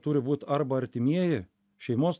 turi būt arba artimieji šeimos